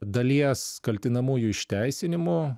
dalies kaltinamųjų išteisinimu